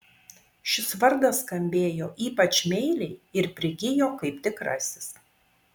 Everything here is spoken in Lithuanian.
šis vardas skambėjo ypač meiliai ir prigijo kaip tikrasis